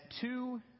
two